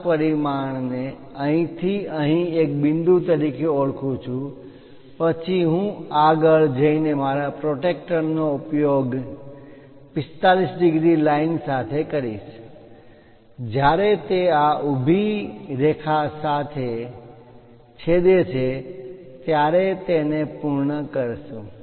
5 પરિમાણને અહીં થી અહીં એક બિંદુ તરીકે ઓળખું છું પછી હું આગળ જઈને મારા પ્રોટેક્ટર નો ઉપયોગ 45 ડિગ્રી લાઇન સાથે કરીશ અને જ્યારે તે આ ઊભી રેખા સાથે છેદે છે ત્યારે તેને પૂર્ણ કરીશ